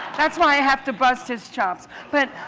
that's why i have to bust his chops. but